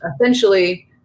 Essentially